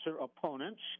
opponents